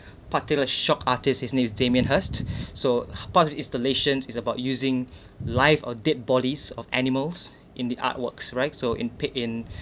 popular shocked artist his name is damien hirst so about his installations is about using live or dead bodies of animals in the artworks right so in pick in